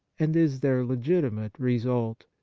and is their legitimate result.